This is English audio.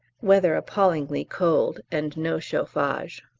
weather appallingly cold and no chauffage.